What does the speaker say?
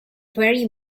very